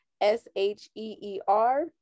S-H-E-E-R